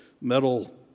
metal